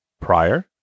prior